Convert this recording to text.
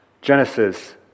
Genesis